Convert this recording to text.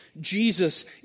Jesus